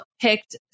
picked